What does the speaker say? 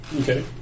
Okay